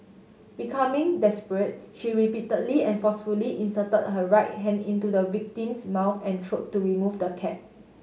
becoming desperate she repeatedly and forcefully inserted her right hand into the victim's mouth and throat to remove the cap